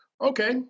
okay